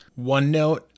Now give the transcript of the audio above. OneNote